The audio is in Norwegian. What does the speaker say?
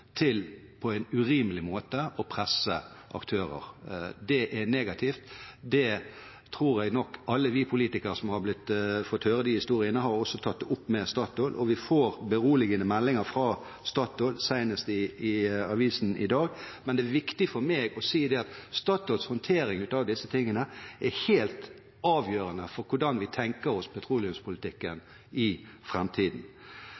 til på en urimelig måte å presse aktører på. Det er negativt. Det tror jeg nok alle de politikere som har fått høre de historiene, har tatt opp med Statoil, og vi får beroligende meldinger fra Statoil, senest i avisen i dag. Men det er viktig for meg å si at Statoils håndtering av disse tingene er helt avgjørende for hvordan vi tenker oss